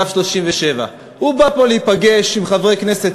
בקו 37. הוא בא לפה להיפגש עם חברי כנסת